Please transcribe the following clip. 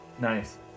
Nice